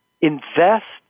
invest